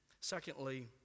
Secondly